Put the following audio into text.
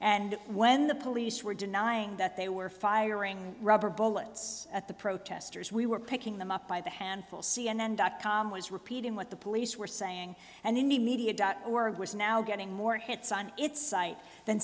and when the police were denying that they were firing rubber bullets at the protesters we were picking them up by the handful c n n dot com was repeating what the police were saying and in the media dot org was now getting more hits on its site than